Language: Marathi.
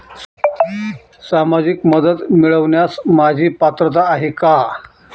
सामाजिक मदत मिळवण्यास माझी पात्रता आहे का?